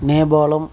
நேபாளம்